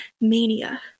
mania